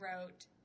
wrote